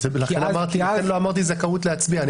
לכן לא אמרתי זכאות להצביע,